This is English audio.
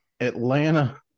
Atlanta